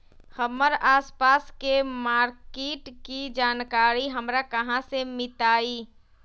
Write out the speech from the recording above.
हमर आसपास के मार्किट के जानकारी हमरा कहाँ से मिताई?